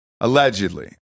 Allegedly